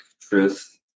truth